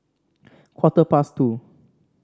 quarter past two